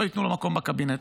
לא ייתנו לו מקום בקבינט.